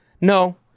No